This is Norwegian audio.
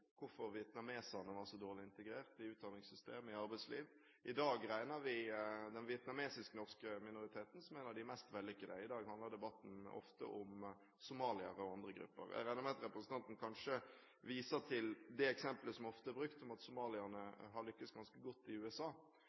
hvorfor vietnameserne var så dårlig integrert i utdanningssystem og arbeidsliv. I dag regner vi den vietnamesisk-norske minoriteten som en av de mest vellykkede. I dag handler debatten ofte om somaliere og andre grupper. Jeg regner med at representanten kanskje viser til det eksempelet som ofte er brukt, at somaliere har lyktes ganske godt i USA.